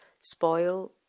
spoil